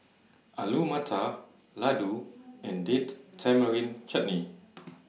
Alu Matar Ladoo and Date Tamarind Chutney